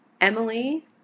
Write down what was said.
Emily